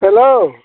hello